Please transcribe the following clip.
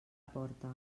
porta